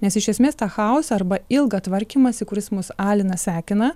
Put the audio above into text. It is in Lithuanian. nes iš esmės tą chaosą arba ilgą tvarkymąsi kuris mus alina sekina